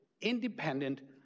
independent